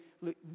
look